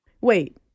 Wait